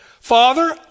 Father